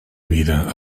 vida